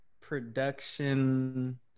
production